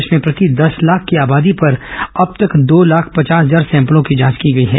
प्रदेश में प्रति दस लाख की आबादी पर अब तक दो लाख पचास हजार सैम्पलों की जांच की गई है